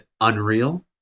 unreal